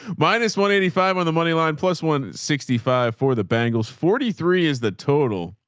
minus one eighty five on the moneyline plus one sixty five for the bangles forty three is the total.